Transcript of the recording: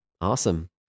Awesome